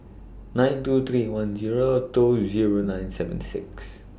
nine two three one Zero two Zero nine seven six